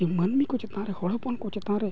ᱡᱮ ᱢᱟᱱᱢᱤᱠᱚ ᱪᱮᱛᱟᱱᱨᱮ ᱦᱚᱲ ᱦᱚᱯᱚᱱᱠᱚ ᱪᱮᱛᱟᱱᱨᱮ